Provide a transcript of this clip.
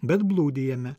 bet blūdijame